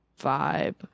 vibe